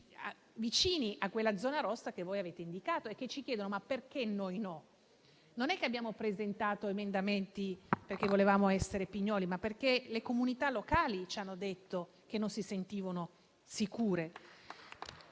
vicini alla zona rossa che voi avete indicato e che ci chiedono: perché noi no? Non abbiamo presentato emendamenti perché volevamo essere pignoli, ma perché le comunità locali ci hanno detto che non si sentivano sicure